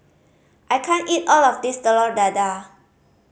I can't eat all of this Telur Dadah